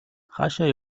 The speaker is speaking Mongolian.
хаашаа